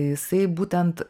jisai būtent